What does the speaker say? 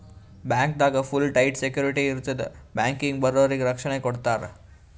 ಬ್ಯಾಂಕ್ದಾಗ್ full tight security ಇರ್ತದ್ ಬ್ಯಾಂಕಿಗ್ ಬರೋರಿಗ್ ರಕ್ಷಣೆ ಕೊಡ್ತಾರ